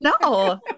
no